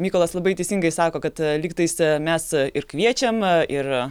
mykolas labai teisingai sako kad lygtais mes ir kviečiam ir